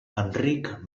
enric